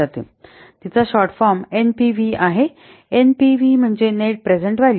तिचा short form NPV आहे NPV म्हणजे हे नेट प्रेझेंट व्हॅल्यू